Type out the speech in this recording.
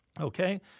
okay